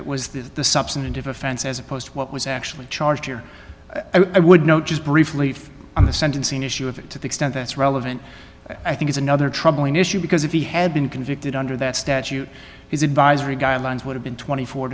it was the substantive offense as opposed to what was actually charged here i would note just briefly on the sentencing issue of it to the extent that's relevant i think is another troubling issue because if he had been convicted under that statute his advisory guidelines would have been twenty four